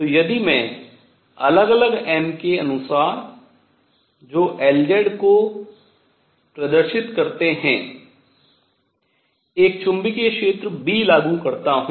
तो यदि मैं अलग अलग m के अनुसार जो Lz को प्रदर्शित करतें है एक चुंबकीय क्षेत्र B लागू करता हूँ